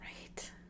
Right